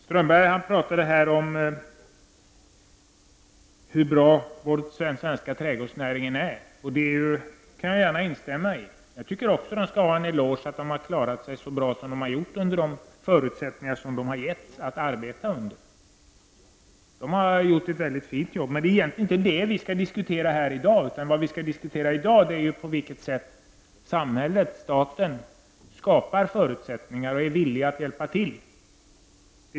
Herr talman! Håkan Strömberg talade om hur bra vår svenska trädgårdsnäring är. Det kan jag gärna instämma i. Jag tycker också att den skall ha en eloge för att den har klarat sig så bra som den har gjort under de förutsättningar den har getts att arbeta under. Man har gjort ett mycket fint jobb. Men det är egentligen inte det vi skall diskutera här i dag. Vi skall diskutera på vilket sätt samhället, staten, skapar förutsättningar och visar vilja att hjälpa till.